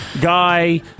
guy